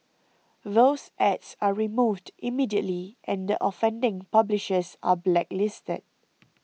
those ads are removed immediately and the offending publishers are blacklisted